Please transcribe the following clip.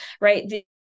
right